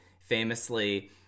famously